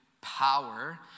power